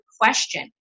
question